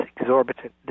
exorbitant